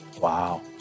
Wow